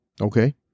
Okay